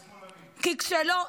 ושמאלנים.